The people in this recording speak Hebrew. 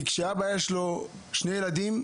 כי שלאבא יש שני ילדים,